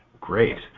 Great